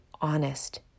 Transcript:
honest